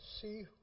see